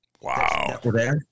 Wow